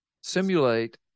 simulate